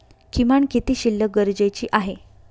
किमान किती शिल्लक गरजेची आहे?